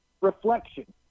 reflection